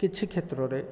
କିଛି କ୍ଷେତ୍ରରେ